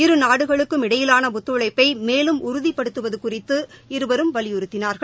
இரு நாடுகளுக்கும் இடையிலாள ஒத்துழைப்பை மேலும் உறுதிப்படுத்துவது குறித்து இருவரும் வலியுறுத்தினார்கள்